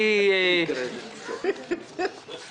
אני